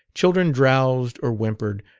children drowsed or whimpered,